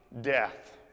death